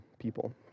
people